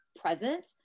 present